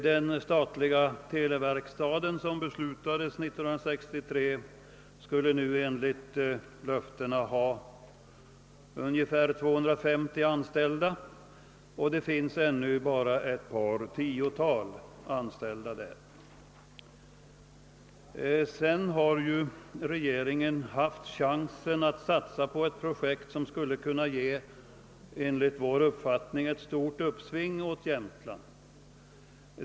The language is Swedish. Den statliga televerkstaden vars anläggande beslutades 1963 skulle nu enligt löftena ha haft 250 anställda. Det finns ännu bara ett par tiotal anställda där. Regeringen har vidare haft chansen att satsa på ett projekt som skulle kunna ge ett verkligt uppsving för Jämtland.